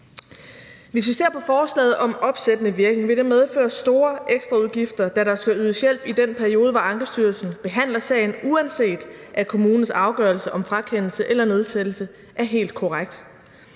Hvis vi ser på forslaget om opsættende virkning, vil det medføre store ekstraudgifter, da der skal ydes hjælp i den periode, hvor Ankestyrelsen behandler sagen, uanset at kommunens afgørelse om frakendelse eller nedsættelse er helt korrekt.